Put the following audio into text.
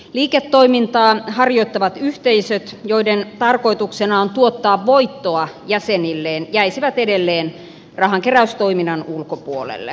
liiketoimintaa harjoittavat yhteisöt joiden tarkoituksena on tuottaa voittoa jäsenilleen jäisivät edelleen rahankeräystoiminnan ulkopuolelle